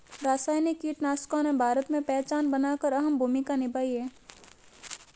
रासायनिक कीटनाशकों ने भारत में पहचान बनाकर अहम भूमिका निभाई है